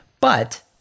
but-